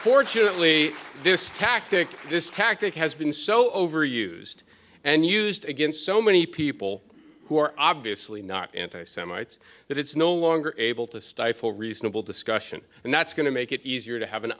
surely this tactic this tactic has been so overused and used against so many people who are obviously not anti semites that it's no longer able to stifle reasonable discussion and that's going to make it easier to have an